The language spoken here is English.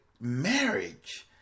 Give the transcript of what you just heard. marriage